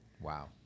Wow